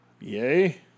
Yay